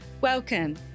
Welcome